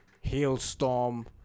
Hailstorm